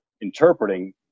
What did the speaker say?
interpreting